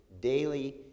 daily